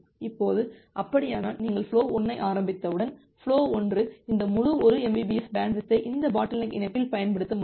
இப்போது அப்படியானால் நீங்கள் ஃபுலோ 1 ஐ ஆரம்பித்தவுடன் ஃபுலோ 1 இந்த முழு 1 mbps பேண்ட்வித்யை இந்த பாட்டில்நெக் இணைப்பில் பயன்படுத்த முடியும்